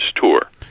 tour